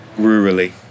rurally